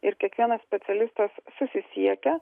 ir kiekvienas specialistas susisiekia